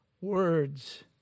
words